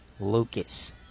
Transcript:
Lucas